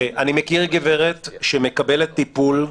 אני מכיר גברת שמקבלת טיפול של